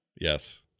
yes